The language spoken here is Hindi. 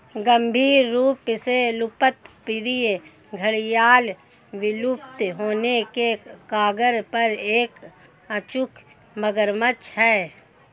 गंभीर रूप से लुप्तप्राय घड़ियाल विलुप्त होने के कगार पर एक अचूक मगरमच्छ है